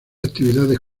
actividades